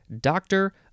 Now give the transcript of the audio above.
Doctor